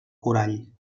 corall